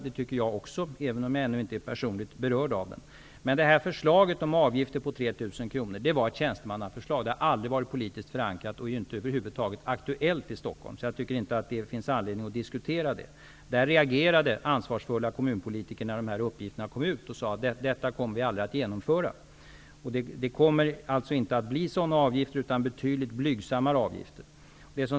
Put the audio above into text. Det tycker jag också, även om jag ännu inte är personligt berörd av den. Förslaget på avgift på 3 000 kr var ett tjänstemannaförslag. Det har aldrig varit politiskt förankrat och är över huvud taget inte aktuellt i Stockholm. Jag tycker inte det finns anledning att diskutera det nu. Ansvarsfulla kommunalpolitiker reagerade när uppgiften kom ut och sade att man aldrig kommer att genomföra förslaget. Det kommer alltså inte att bli sådana avgifter, utan betydligt blygsammare.